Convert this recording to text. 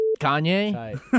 Kanye